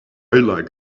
like